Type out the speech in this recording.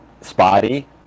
spotty